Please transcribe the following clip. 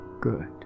good